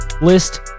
list